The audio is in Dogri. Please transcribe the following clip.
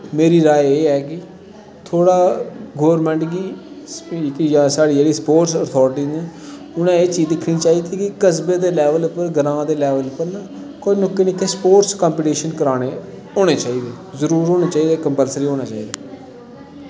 मेरी राऽ एह् ऐ कि थोह्ड़ा गौरमैंट गी साढ़ी जेह्ड़ी स्पोर्टस अथार्टी गी उ'नें एह् चीज दिक्खनी चाहिदी कि कसवे दे लैवल उप्पर ग्रांऽ दे लैवल उप्पर ना कोई निक्के निक्के स्पोर्टस कंपिटिशन कराने होने चाहिदे जरूर होने चाहिदे कंपल्सरी होने चाहिदे